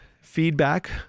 feedback